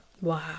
Wow